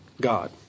God